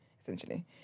essentially